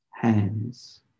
hands